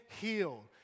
heal